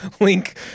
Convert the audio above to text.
link